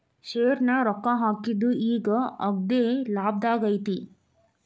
ಶೆರ್ನ್ಯಾಗ ರೊಕ್ಕಾ ಹಾಕಿದ್ದು ಈಗ್ ಅಗ್ದೇಲಾಭದಾಗೈತಿ